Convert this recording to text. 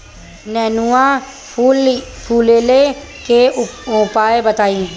नेनुआ फुलईले के उपाय बताईं?